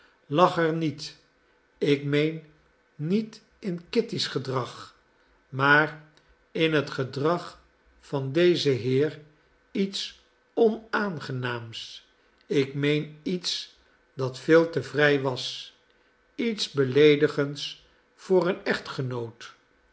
er niet ik meen niet in kitty's gedrag maar in het gedrag van dezen heer iets onaangenaams ik meen iets dat veel te vrij was iets beleedigends voor een echtgenoot